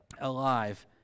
alive